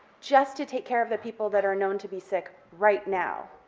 just to take care of the people that are known to be sick right now,